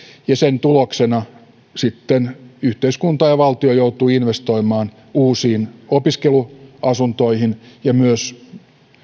ja sen tuloksena sitten yhteiskunta ja valtio joutuu investoimaan uusiin opiskeluasuntoihin ja myös